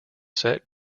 set